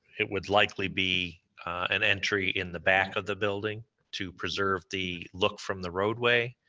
it would likely be an entry in the back of the building to preserve the look from the roadway.